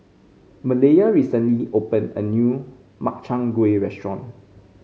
Malaya recently opened a new Makchang Gui restaurant